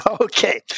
Okay